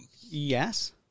Yes